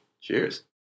Cheers